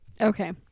okay